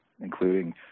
including